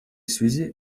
связи